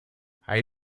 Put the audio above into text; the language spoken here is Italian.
hai